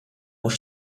buca